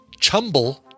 Chumble